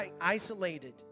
isolated